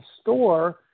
store